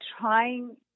trying